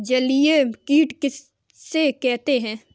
जलीय कीट किसे कहते हैं?